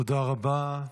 תודה רבה.